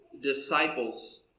Disciples